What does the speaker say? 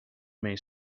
may